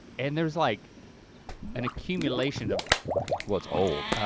and there's like an accumulation of what's old.